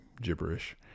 gibberish